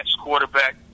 quarterback